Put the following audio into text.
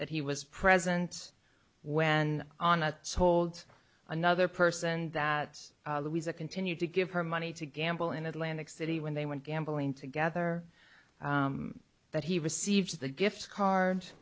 that he was present when on a sold another person that luisa continued to give her money to gamble in atlantic city when they went gambling together that he received the gift card